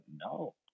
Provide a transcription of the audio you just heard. no